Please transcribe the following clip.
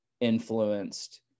influenced